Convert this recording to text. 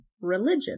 religion